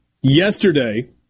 yesterday